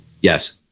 Yes